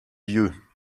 vieux